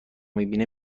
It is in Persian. میبینه